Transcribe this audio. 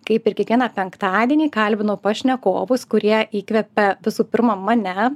kaip ir kiekvieną penktadienį kalbinu pašnekovus kurie įkvepia visų pirma mane